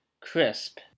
Crisp